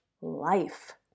life